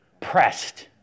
pressed